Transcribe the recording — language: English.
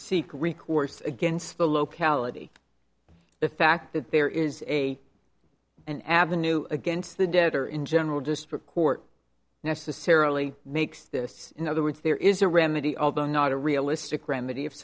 seek recourse against the locality the fact that there is a an avenue against the debt or in general district court necessarily makes this in other words there is a remedy although not a realistic remedy if